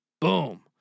Boom